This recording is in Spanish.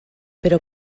pero